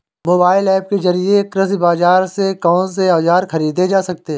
Mobile app के जरिए कृषि बाजार से कौन से औजार ख़रीदे जा सकते हैं?